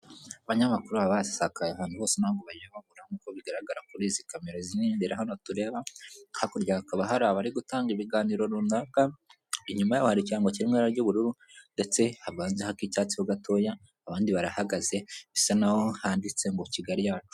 Abanyamakuru baba basakaye ahantu hose impamvu bagiye babura nk nkuko bigaragara kuri izi kamera ziiniyombi hano tureba hakurya hakaba hari abari gutanga ibiganiro runaka inyuma'hokigwa kimwera ry'ubururu ndetse habanza icyatsi ho gatoya abandi barahagaze bisa naho handitse ngo kigali yacu.